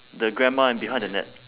the grandma and behind the net